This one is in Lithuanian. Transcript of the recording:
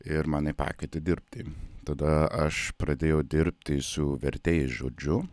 ir mane pakvietė dirbti tada aš pradėjau dirbti su vertėjais žodžiu